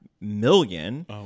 million